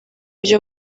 ryo